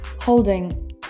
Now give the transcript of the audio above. holding